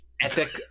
Epic